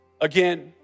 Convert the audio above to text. again